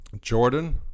Jordan